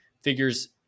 figures